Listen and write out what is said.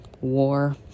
war